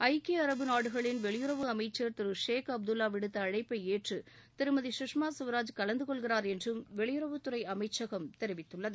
ஐக்கிய அரபு நாடுகளின் வெளியுறவு அமைச்சர் திரு ஷேக் அப்துல்வா விடுத்த அழைப்பை ஏற்று திருமதி கஷ்மா கவராஜ் கலந்தகொள்கிறார் என்றும் வெளியுறவுத்துறை அமைச்சகம் கூறியுள்ளது